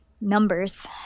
numbers